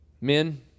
Men